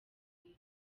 bwite